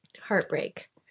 heartbreak